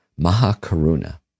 mahakaruna